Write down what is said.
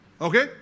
Okay